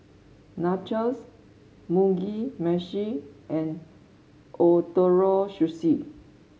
Nachos Mugi Meshi and Ootoro Sushi